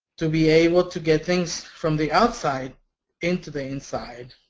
to be able to get things from the outside into the inside,